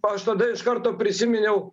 aš tada iš karto prisiminiau